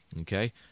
Okay